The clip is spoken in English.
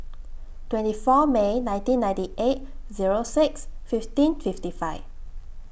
twenty four May nineteen ninety eight Zero six fifteen fifty five